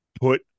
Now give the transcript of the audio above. put